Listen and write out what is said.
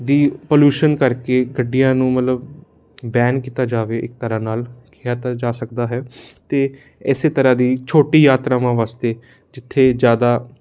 ਦੀ pollution ਕਰਕੇ ਗੱਡੀਆਂ ਨੂੰ ਮਤਲਬ ਬੈਨ ਕੀਤਾ ਜਾਵੇ ਇੱਕ ਤਰ੍ਹਾਂ ਨਾਲ ਕਿਹਾ ਤਾਂ ਜਾ ਸਕਦਾ ਹੈ ਅਤੇ ਇਸ ਤਰ੍ਹਾਂ ਦੀ ਛੋਟੀ ਯਾਤਰਾਵਾਂ ਵਾਸਤੇ ਜਿੱਥੇ ਜ਼ਿਆਦਾ